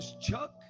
Chuck